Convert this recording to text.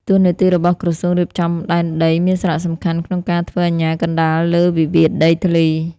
តួនាទីរបស់ក្រសួងរៀបចំដែនដី មានសារៈសំខាន់ក្នុងការធ្វើអាជ្ញាកណ្ដាលលើវិវាទដីធ្លី។